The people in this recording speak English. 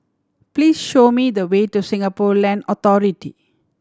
please show me the way to Singapore Land Authority